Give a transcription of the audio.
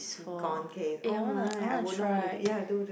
gone case oh my I wouldn't want to do ya do